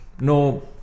no